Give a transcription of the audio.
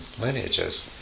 lineages